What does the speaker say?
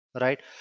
right